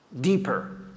deeper